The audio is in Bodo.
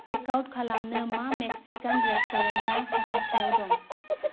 टेकआउट खालामनो मा मेक्सिकान रेस्टुरेन्टआ साखाथियाव दं